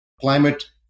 Climate